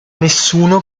nessuno